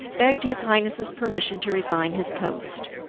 begged his highness's permission to resign his post.